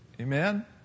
Amen